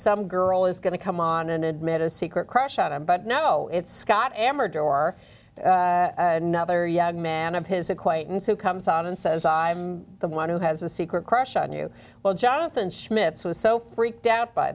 some girl is going to come on and admitted a secret crush on him but no it's got amber door nother young man of his acquaintance who comes out and says i'm the one who has a secret crush on you well jonathan schmitz was so freaked out by